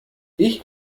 ich